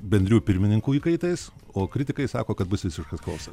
bendrijų pirmininkų įkaitais o kritikai sako kad bus visiškas chaosas